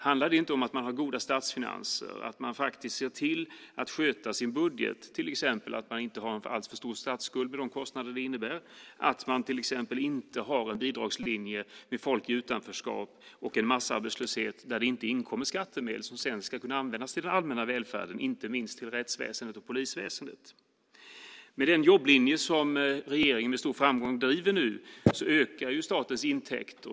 Handlar det inte om att man har goda statsfinanser, att man ser till att sköta sin budget, att man inte har en alltför stor statsskuld med de kostnader det innebär? Det handlar om att man inte har en bidragslinje med folk i utanförskap och en massarbetslöshet där det inte inkommer skattemedel som sedan ska kunna användas till den allmänna välfärden, inte minst till rättsväsendet och polisväsendet. Med den jobblinje som regeringen med stor framgång driver nu ökar statens intäkter.